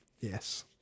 yes